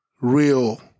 real